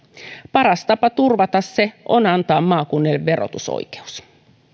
paras tapa turvata se on antaa maakunnille verotusoikeus